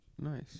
Nice